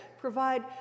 Provide